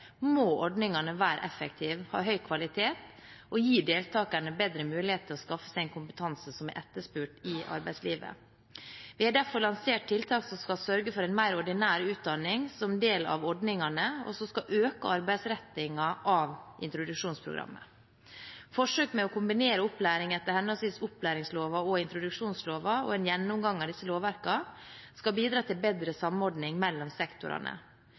må ordningene være effektive, ha høy kvalitet og gi deltakerne bedre mulighet til å skaffe seg en kompetanse som er etterspurt i arbeidslivet. Vi har derfor lansert tiltak som skal sørge for en mer ordinær utdanning som del av ordningene, og som skal øke arbeidsrettingen av introduksjonsprogrammet. Forsøk med å kombinere opplæring etter henholdsvis opplæringsloven og introduksjonsloven og en gjennomgang av disse lovverkene skal bidra til bedre samordning mellom sektorene.